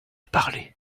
parlait